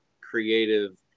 creative